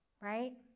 right